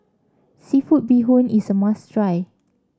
seafood Bee Hoon is a must try